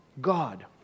God